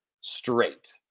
straight